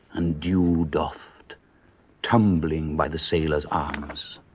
and dew doffed tumbling by the sailors arms.